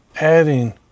adding